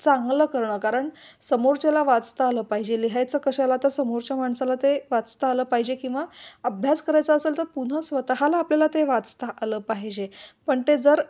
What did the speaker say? चांगलं करणं कारण समोरच्याला वाचता आलं पाहिजे लिहायच कशा आला तर समोरच्या माणसाला ते वाचता आलं पाहिजे किंवा अभ्यास करायचा असेल तर पुन्हा स्वतःला आपल्याला ते वाचता आलं पाहिजे पण ते जर